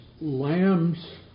lambs